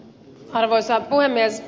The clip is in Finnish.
arvoisa puhemies